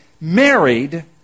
married